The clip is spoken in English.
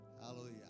Hallelujah